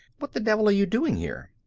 what the devil are you doing here?